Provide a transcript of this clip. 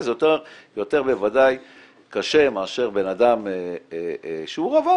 זה יותר בוודאי קשה מאשר בן אדם שהוא רווק,